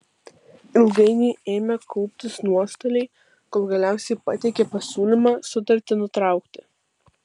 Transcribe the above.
ilgainiui ėmė kauptis nuostoliai kol galiausiai pateikė pasiūlymą sutartį nutraukti